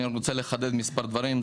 אני רוצה לחדד מספר דברים.